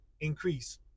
increase